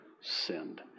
sinned